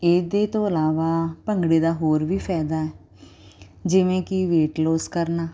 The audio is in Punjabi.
ਇਹਦੇ ਤੋਂ ਇਲਾਵਾ ਭੰਗੜੇ ਦਾ ਹੋਰ ਵੀ ਫਾਇਦਾ ਜਿਵੇਂ ਕਿ ਵੇਟ ਲੋਸ ਕਰਨਾ